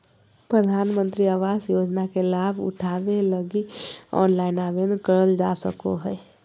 प्रधानमंत्री आवास योजना के लाभ उठावे लगी ऑनलाइन आवेदन करल जा सको हय